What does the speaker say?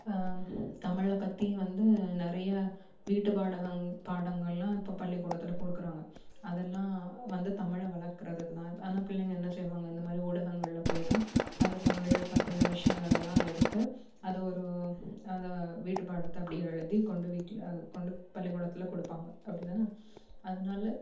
தமிழை பற்றி வந்து நிறைய வீட்டு பாடகங் பாடங்கள்லாம் இப்போ பள்ளிக்கூடத்தில் கொடுக்குறாங்க அதெல்லாம் வந்து தமிழை வளர்க்கிறதுக்கு தான் ஆனால் பிள்ளைங்கள் என்ன செய்வாங்கள் இந்தமாரி ஊடகங்கள்ல போய் தான் அந்த தமிழ் பற்றின விஷயங்களெல்லாம் எடுத்து அது ஒரு அந்த வீட்டு பாடத்தை அப்படியே எழுதி கொண்டு வீட்டில கொண்டு பள்ளிக்கூடத்தில் கொடுப்பாங்க அப்படி தானே அதனால